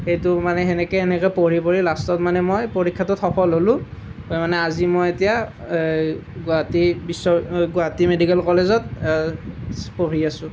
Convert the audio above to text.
সেইটো মানে সেনেকৈ সেনেকৈ পঢ়ি পঢ়ি লাষ্টত মানে মই পৰীক্ষাটোত সফল হ'লোঁ তাৰমানে আজি মই এতিয়া এই গুৱাহাটী বিশ্ৱ গুৱাহাটী মেডিকেল কলেজত পঢ়ি আছোঁ